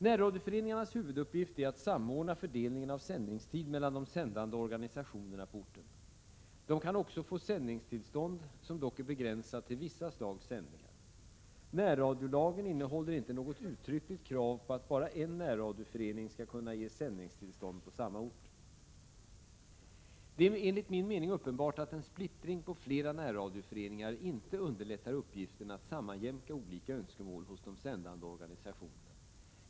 Närradioföreningarnas huvuduppgift är att samordna fördelningen av sändningstid mellan de sändande organisationerna på orten. De kan också få sändningstillstånd, som dock är begränsat till vissa slags sändningar. Närradiolagen innehåller inte något uttryckligt krav på att endast en närradioförening skall kunna ges sändningstillstånd på samma ort. Det är enligt min mening uppenbart att en splittring på flera närradioföreningar inte underlättar uppgiften att sammanjämka olika önskemål hos de sändande organisationerna.